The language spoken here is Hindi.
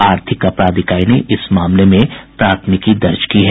आर्थिक अपराध इकाई ने इस मामले में एक प्राथमिकी दर्ज की है